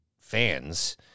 fans